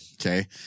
Okay